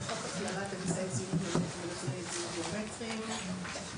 הצעת צו הכללת אמצעי זיהוי ביומטריים ונתוני